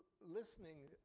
Listening